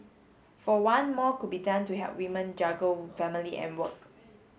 for one more could be done to help women juggle family and work